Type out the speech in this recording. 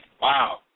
Wow